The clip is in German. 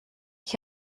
ich